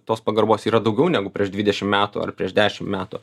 tos pagarbos yra daugiau negu prieš dvidešim metų ar prieš dešim metų